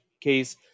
case